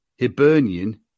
Hibernian